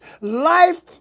Life